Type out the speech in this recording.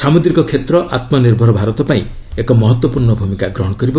ସାମୁଦ୍ରିକ କ୍ଷେତ୍ର ଆତ୍ମ ନିର୍ଭର ଭାରତ ପାଇଁ ଏକ ମହତ୍ୱପୂର୍ଣ୍ଣ ଭୂମିକା ଗ୍ରହଣ କରିବ